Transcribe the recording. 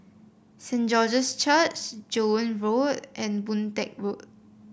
Saint George's Church Joan Road and Boon Teck Road